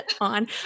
on